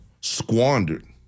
squandered